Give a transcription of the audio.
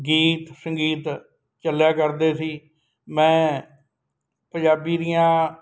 ਗੀਤ ਸੰਗੀਤ ਚੱਲਿਆ ਕਰਦੇ ਸੀ ਮੈਂ ਪੰਜਾਬੀ ਦੀਆਂ